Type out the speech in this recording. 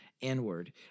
inward